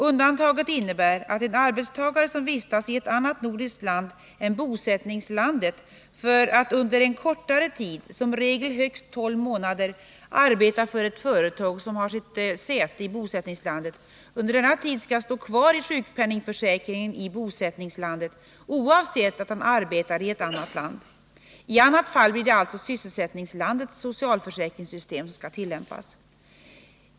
Undantaget innebär att en arbetstagare som vistas i annat nordiskt land än bosättningslandet för att under en kortare tid, som regel högst tolv månader, arbeta för ett företag som har sitt säte i bosättningslandet, under denna tid skall stå kvar i sjukpenningförsäkringen i bosättningslandet oavsett att han arbetar i ett annat land. I annat fall blir det alltså sysselsättningslandets socialförsäkringssystem som skall tillämpas.